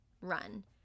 run